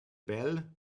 bell